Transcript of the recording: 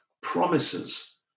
promises